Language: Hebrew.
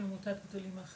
הם מקבלים?